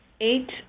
eight